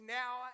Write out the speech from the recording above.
now